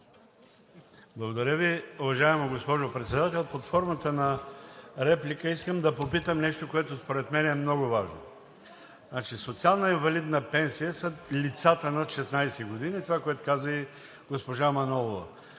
Благодаря Ви, уважаема госпожо Председател. Под формата на реплика искам да попитам нещо, което според мен е много важно. Социална инвалидна пенсия за лицата над 16 години, това което каза госпожа Манолова.